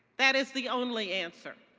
that is the only answer.